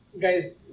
guys